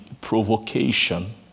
provocation